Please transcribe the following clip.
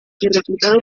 reclutado